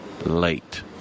late